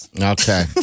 Okay